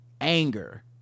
anger